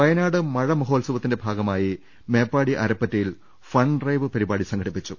വയനാട് മഴ മഹോത്സവത്തിന്റെ ഭാഗമായി മേപ്പാടി അര പ്പറ്റയിൽ ഫൺ ഡ്രൈവ് പരിപാടി സംഘടിപ്പിച്ചു